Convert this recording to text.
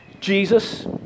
Jesus